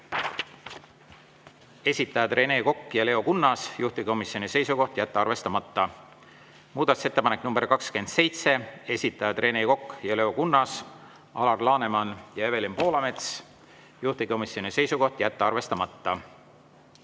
esitajad Rene Kokk ja Leo Kunnas, juhtivkomisjoni seisukoht on jätta arvestamata. Muudatusettepanek nr 27, esitajad Rene Kokk, Leo Kunnas, Alar Laneman ja Evelin Poolamets, juhtivkomisjoni seisukoht on jätta arvestamata.